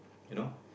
you know